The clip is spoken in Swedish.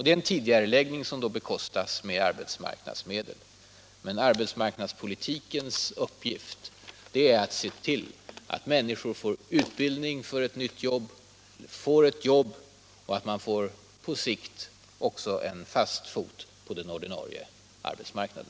Det är en tidigareläggning som då bekostas med arbetsmarknadsmedel. Arbetsmarknadspolitikens uppgift är att se till att människor får utbildning för ett nytt jobb, får ett jobb och på sikt också en fast fot på den ordinarie arbetsmarknaden.